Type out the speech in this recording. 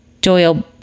Doyle